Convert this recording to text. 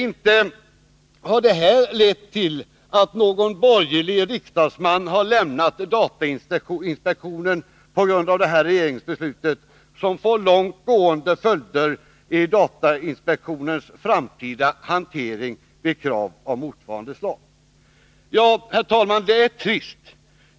Inte har det här beslutet, som får långt gående följder för datainspektionens framtida hantering av krav av motsvarande slag, lett till att någon borgerlig riksdagsman har lämnat datainspektionen. Herr talman! Det är trist.